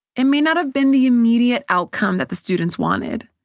it may not have been the immediate outcome that the students wanted.